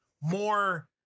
more